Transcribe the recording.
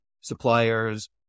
suppliers